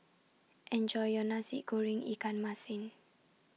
Enjoy your Nasi Goreng Ikan Masin